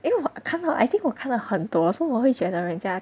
因为我看到 I think 我看了很多 so 我会觉得人家